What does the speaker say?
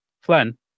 Flynn